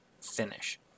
finish